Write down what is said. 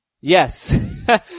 Yes